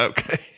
Okay